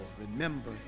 Remember